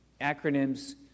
Acronyms